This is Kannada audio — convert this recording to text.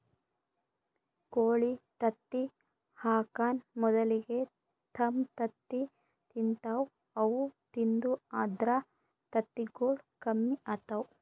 ಕೋಳಿ ತತ್ತಿ ಹಾಕಾನ್ ಮೊದಲಿಗೆ ತಮ್ ತತ್ತಿ ತಿಂತಾವ್ ಅವು ತಿಂದು ಅಂದ್ರ ತತ್ತಿಗೊಳ್ ಕಮ್ಮಿ ಆತವ್